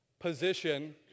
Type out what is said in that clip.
position